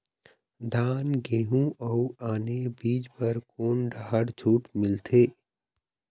धान गेहूं अऊ आने बीज बर कोन डहर छूट मिलथे?